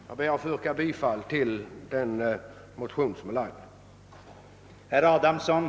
Jag ber att få yrka bifall till motionen IT: 362.